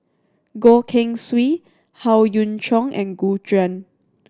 Goh Keng Swee Howe Yoon Chong and Gu Juan